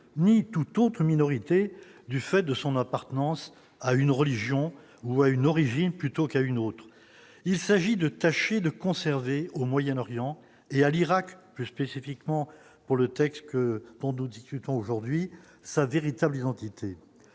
ni toute autre minorité du fait de son appartenance à une religion ou à une origine plutôt qu'à une autre, il s'agit de tâches et de conserver au Moyen-Orient et à l'Irak, plus spécifiquement pour le texte que Pando discutons aujourd'hui sa véritable identité,